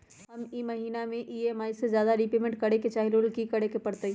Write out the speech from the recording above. हम ई महिना में ई.एम.आई से ज्यादा रीपेमेंट करे के चाहईले ओ लेल की करे के परतई?